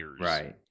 Right